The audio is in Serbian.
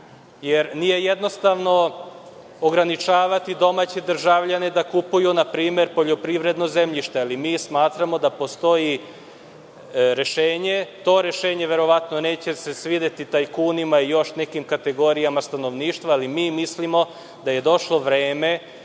jer nije jednostavno ograničavati domaće državljane da kupuju poljoprivredno zemljište, ali smatramo da postoji rešenje. To rešenje se verovatno neće svideti tajkunima i još nekim kategorijama stanovništva, ali mislimo da je došlo vreme